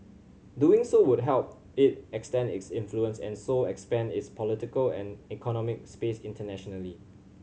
doing so would help it extend its influence and so expand its political and economic space internationally